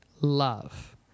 love